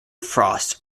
frosts